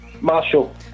Marshall